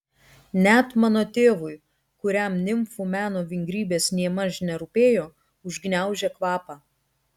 net mano tėvui kuriam nimfų meno vingrybės nėmaž nerūpėjo užgniaužė kvapą